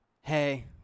Hey